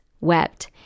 wept